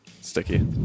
sticky